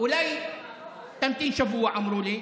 אולי תמתין שבוע, אמרו לי,